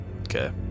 Okay